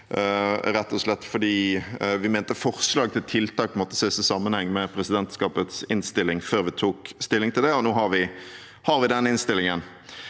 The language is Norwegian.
rett og slett fordi vi mente forslag til tiltak måtte ses i sammenheng med presidentskapets innstilling før vi tok stilling til det, og nå har vi den innstillingen.